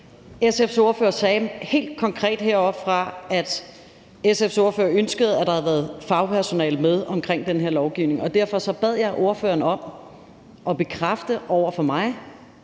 SF's ordfører sagde helt konkret heroppefra, at SF's ordfører ønskede, at der havde været fagpersonale med omkring den her lovgivning, og derfor bad jeg ordføreren om at bekræfte over for mig,